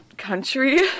country